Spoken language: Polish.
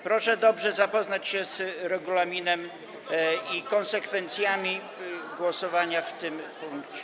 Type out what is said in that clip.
Proszę dobrze zapoznać się z regulaminem i konsekwencjami głosowania w tym punkcie.